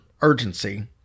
urgency